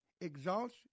exalts